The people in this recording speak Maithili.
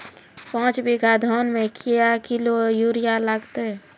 पाँच बीघा धान मे क्या किलो यूरिया लागते?